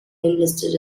enlisted